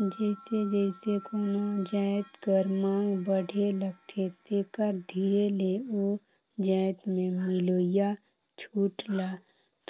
जइसे जइसे कोनो जाएत कर मांग बढ़े लगथे तेकर धीरे ले ओ जाएत में मिलोइया छूट ल